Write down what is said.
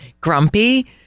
grumpy